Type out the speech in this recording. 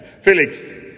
Felix